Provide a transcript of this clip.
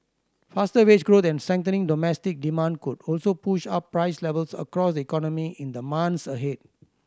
faster wage growth and strengthening domestic demand could also push up price levels across the economy in the months ahead